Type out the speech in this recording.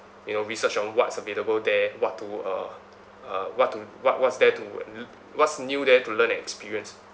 you know research on what's available there what to uh uh what to what was there to l~ what's new there to learn and experience